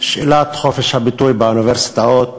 שאלת חופש הביטוי באוניברסיטאות